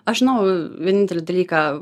aš žinau vienintelį dalyką